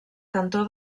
cantó